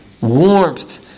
warmth